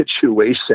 situation